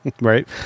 Right